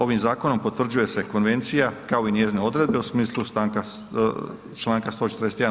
Ovim zakonom potvrđuje se konvencija kao i njezine odredbe u smislu Članka 141.